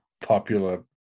popular